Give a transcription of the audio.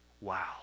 Wow